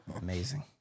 amazing